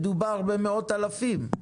מדובר במאות אלפים.